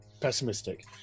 pessimistic